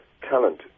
talent